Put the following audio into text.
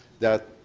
that